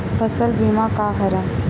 फसल बीमा का हरय?